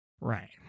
Right